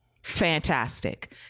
fantastic